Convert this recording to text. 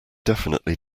definitely